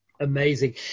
amazing